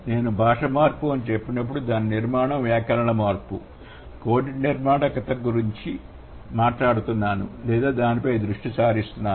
నేను భాష మార్పు అని చెప్పినప్పుడు దాని నిర్మాణం వ్యాకరణ మార్పు కోడెడ్ నిర్మాణాత్మక మార్పు గురించి మాట్లాడుతున్నాను లేదా నేను దానిపై దృష్టి సారిస్తున్నాను